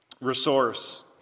resource